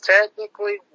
technically